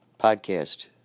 podcast